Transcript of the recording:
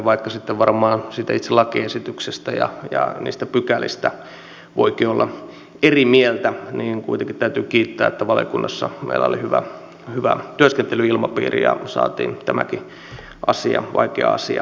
vaikka sitten varmaan siitä itse lakiesityksestä ja niistä pykälistä voikin olla eri mieltä niin kuitenkin täytyy kiittää että valiokunnassa meillä oli hyvä työskentelyilmapiiri ja saatiin tämäkin vaikea asia maaliin